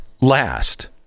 last